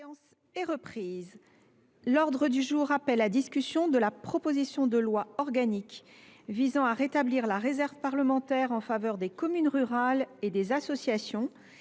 ordre du jour appelle, enfin, l’examen de la proposition de loi organique visant à rétablir la réserve parlementaire en faveur des communes rurales et des associations,